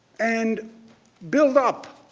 and buildup.